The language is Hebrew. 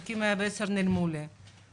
נעלמו לי 110 מקומות.